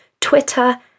Twitter